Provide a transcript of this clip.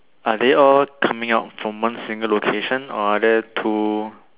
are they all coming out from one single location or are there two